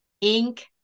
ink